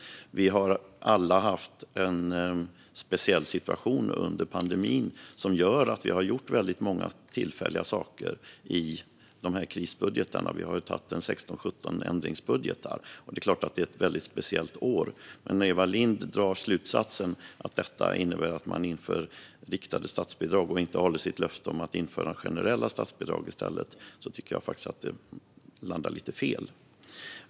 Vi har alla haft en speciell situation under pandemin som gör att vi har gjort väldigt många tillfälliga saker i dessa krisbudgetar. Vi har fattat beslut om 16-17 ändringsbudgetar, och det är klart att det är ett väldigt speciellt år. Men när Eva Lindh drar slutsatsen att detta innebär att man inför riktade statsbidrag och inte håller sitt löfte om att införa generella statsbidrag i stället tycker jag faktiskt att det landar lite fel.